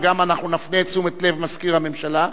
ואנחנו גם נפנה את תשומת לב מזכיר הממשלה,